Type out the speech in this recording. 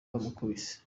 yamukubise